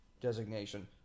designation